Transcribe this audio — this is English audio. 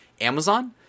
Amazon